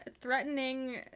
threatening